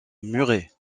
muret